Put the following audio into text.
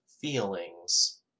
feelings